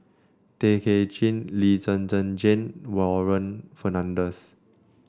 Tay Kay Chin Lee Zhen Zhen Jane Warren Fernandez